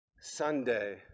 Sunday